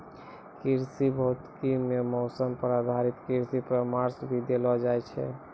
कृषि भौतिकी मॅ मौसम पर आधारित कृषि परामर्श भी देलो जाय छै